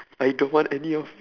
I don't want any of